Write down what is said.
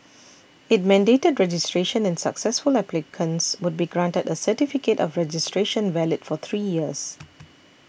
it mandated registration and successful applicants would be granted a certificate of registration valid for three years